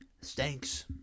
stinks